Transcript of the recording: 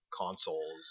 consoles